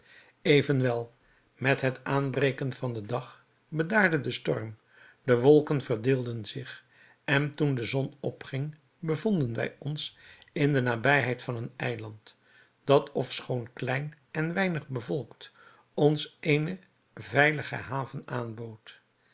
evenwel met het aanbreken van den dag bedaarde de storm de wolken verdeelden zich en toen de zon opging bevonden wij ons in de nabijheid van een eiland dat ofschoon klein en weinig bevolkt ons eene veilige haven aanbood